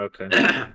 Okay